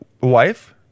wife